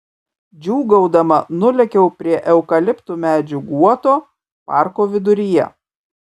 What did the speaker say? džiūgaudama nulėkiau prie eukaliptų medžių guoto parko viduryje